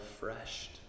refreshed